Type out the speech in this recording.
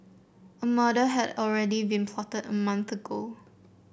a murder had already been plotted a month ago